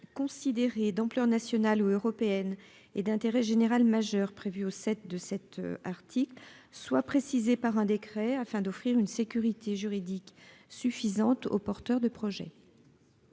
considérés d'ampleur nationale ou européenne et d'intérêt général majeure prévue au 7 de cet article soient précisées par un décret afin d'offrir une sécurité juridique suffisante aux porteurs de projet.